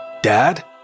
dad